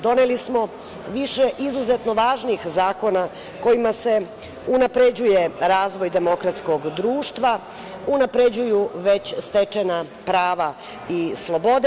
Doneli smo više izuzetno važnih zakona kojima se unapređuje razvoj demokratskog društva, unapređuju već stečena prava i slobode.